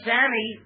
Sammy